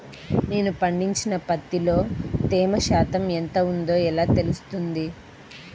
నేను పండించిన పత్తిలో తేమ శాతం ఎంత ఉందో ఎలా తెలుస్తుంది?